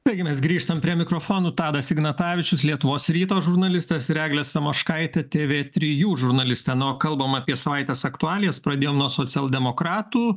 taigi mes grįžtam prie mikrofonų tadas ignatavičius lietuvos ryto žurnalistas ir eglė samoškaitė tv trijų žurnalistė na o kalbam apie savaitės aktualijas pradėjom nuo socialdemokratų